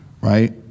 right